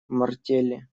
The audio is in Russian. мартелли